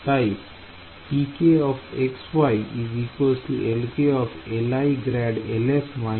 তাই